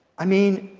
i mean,